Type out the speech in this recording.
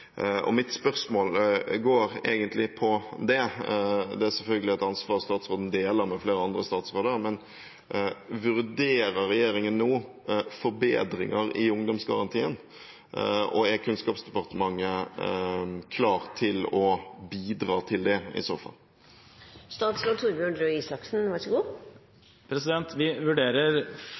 Mitt spørsmål går egentlig på det. Dette er selvfølgelig et ansvar som statsråden deler med flere andre statsråder, men: Vurderer regjeringen nå forbedringer i ungdomsgarantien? Og: Er Kunnskapsdepartementet klar til å bidra til det i så